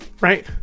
right